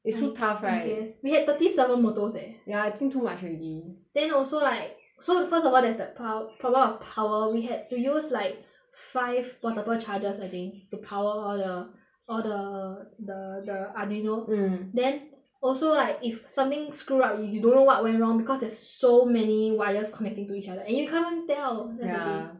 it's too tough right I guess we had thirty seven motors eh ya I think too much already then also like so first of all there's the pow~ pow~ pop out power we had to use like five portable chargers I think to power all the all the the the Arduino mm then also like if something screw up you don't know what went wrong because there's so many wires connecting to each other and you can't even tell ya that's the thing